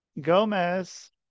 Gomez